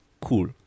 cool